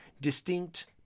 distinct